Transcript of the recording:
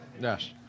yes